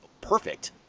perfect